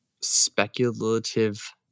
speculative